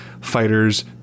fighters